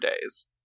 days